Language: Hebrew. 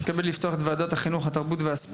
אני מתכבד לפתוח את ועדת החינוך והספורט